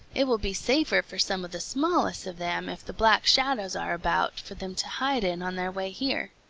it will be safer for some of the smallest of them if the black shadows are about for them to hide in on their way here.